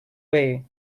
way